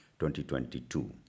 2022